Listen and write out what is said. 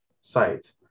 site